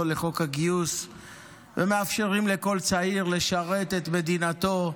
לחוק הגיוס ומאפשרים לכל צעיר לשרת את מדינתו כחייל,